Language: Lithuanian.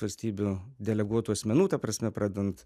valstybių deleguotų asmenų ta prasme pradedant